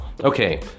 okay